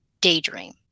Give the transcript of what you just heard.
daydream